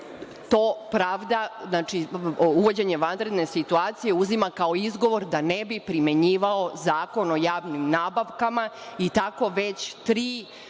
to pravda, tj. uvođenje vanredne situacije uzima kao izgovor da ne bi primenjivao Zakon o javnim nabavkama i tako se već tri